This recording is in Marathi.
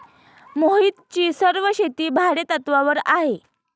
मोहितची सर्व शेती भाडेतत्वावर आहे